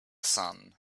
sun